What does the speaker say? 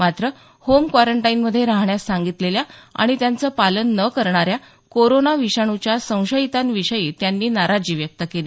पण होम क्वारंटाईनमध्ये राहण्यास सांगितलेल्या पण त्याचं पालन न करणाऱ्या कोरोना विषाणूच्या संशयितांविषयी त्यांनी नाराजी व्यक्त केली